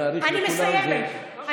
אני מסיימת.